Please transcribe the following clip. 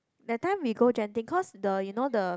that time we go Genting cause the you know the